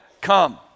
come